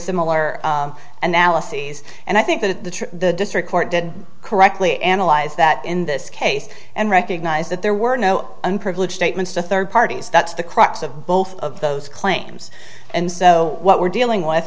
similar and alice sees and i think that the district court did correctly analyze that in this case and recognized that there were no unprivileged statements to third parties that's the crux of both of those claims and so what we're dealing with